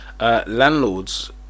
landlords